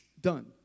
Done